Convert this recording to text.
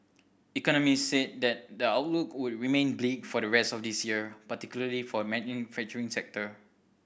economists said the outlook would remain bleak for the rest of this year particularly for the manufacturing sector